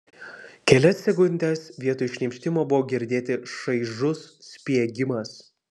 kelias sekundes vietoj šnypštimo buvo girdėti šaižus spiegimas